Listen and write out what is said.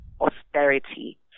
austerity